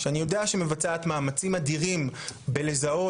שאני יודע שמבצעת מאמצים אדירים בלזהות